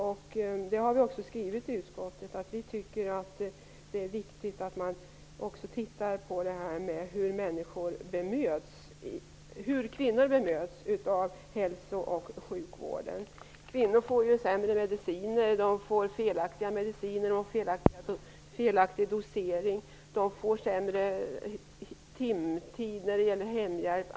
Utskottet skriver också att det är viktigt att studera hur kvinnor bemöts av hälso och sjukvården. Kvinnor får sämre och felaktiga mediciner samt felaktig docering. De får sämre timtider när det gäller hemhjälp.